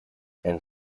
and